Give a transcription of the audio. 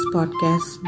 Podcast